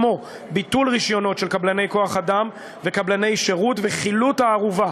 כמו ביטול רישיונות של קבלני כוח-אדם וקבלני שירות וחילוט הערובה